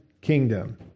kingdom